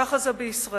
ככה זה בישראל.